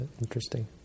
Interesting